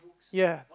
ya